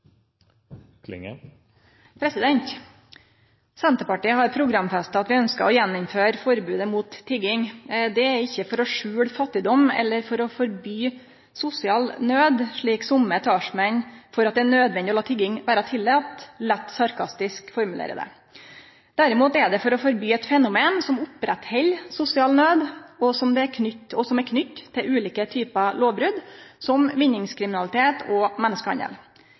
opptre. Senterpartiet har programfesta at vi ønskjer å innføre forbodet mot tigging igjen. Det er ikkje for å skjule fattigdom eller for å forby sosial nød, slik somme talsmenn for at det er nødvendig å la tigging vere tillate lett sarkastisk formulerer det. Derimot er det for å forby eit fenomen som held oppe sosial nød, og som er knytt til ulike typar lovbrot, som vinningskriminalitet og menneskehandel.